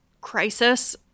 crisis